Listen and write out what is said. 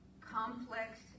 complex